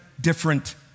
different